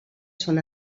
són